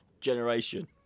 Generation